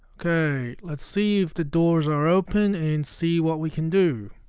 okay let's see if the doors are open and see what we can do